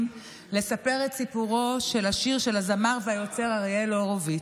לספר את סיפורו של השיר של הזמר והיוצר אריאל הורוביץ,